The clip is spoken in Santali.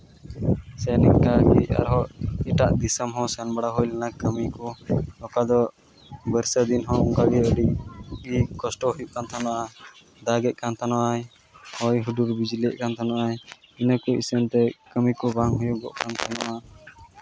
ᱥᱮ ᱱᱤᱝᱠᱟᱜᱮ ᱟᱨᱦᱚᱸ ᱮᱴᱟᱜ ᱫᱤᱥᱚᱢ ᱦᱚᱸ ᱥᱮᱱ ᱵᱟᱲᱟ ᱦᱩᱭ ᱞᱮᱱᱟ ᱠᱟᱹᱢᱤ ᱠᱚ ᱚᱠᱟ ᱫᱚ ᱵᱚᱨᱥᱟ ᱫᱤᱱ ᱦᱚᱸ ᱚᱱᱠᱟᱜᱮ ᱟᱹᱰᱤᱜᱮ ᱠᱚᱥᱴᱚ ᱦᱩᱭᱩᱜ ᱠᱟᱱ ᱛᱟᱦᱮᱱᱟ ᱫᱟᱜ ᱮᱜ ᱠᱟᱱ ᱛᱟᱦᱮᱱᱟᱭ ᱦᱚᱭ ᱦᱩᱰᱩᱨ ᱵᱤᱡᱽᱞᱤᱭᱮᱜ ᱠᱟᱱ ᱛᱟᱦᱮᱱᱟᱭ ᱤᱱᱟᱹ ᱠᱚ ᱤᱥᱤᱱ ᱛᱮ ᱠᱟᱹᱢᱤ ᱠᱚ ᱵᱟᱝ ᱦᱩᱭᱩᱜᱚᱜ ᱠᱟᱱ ᱛᱟᱦᱮᱱᱟ